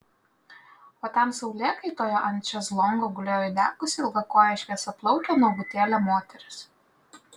o ten saulėkaitoje ant šezlongo gulėjo įdegusi ilgakojė šviesiaplaukė nuogutėlė moteris